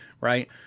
Right